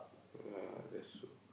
ya that's true